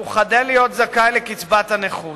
הוא חדל להיות זכאי לקצבת נכות,